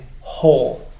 whole